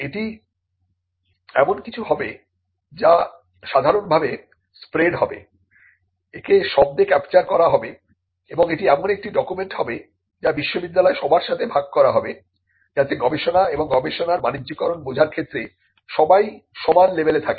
এটি এমন কিছু হবে যা সাধারণভাবে স্প্রেড হবে একে শব্দে ক্যাপচার করা হবে এবং এটি এমন একটি ডকুমেন্ট হবে যা বিশ্ববিদ্যালয়ে সবার সাথে ভাগ করা হবে যাতে গবেষণা এবং গবেষণার বাণিজ্যকরণ বোঝার ক্ষেত্রে সবাই সমান লেভেলে থাকে